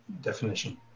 definition